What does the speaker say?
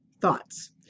Thoughts